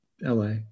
LA